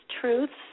truths